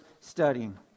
studying